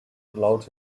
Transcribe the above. allowed